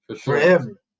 Forever